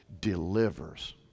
delivers